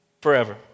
forever